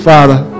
Father